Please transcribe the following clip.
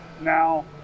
now